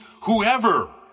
whoever